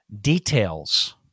Details